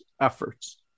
efforts